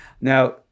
Now